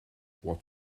what